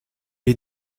est